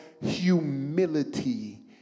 humility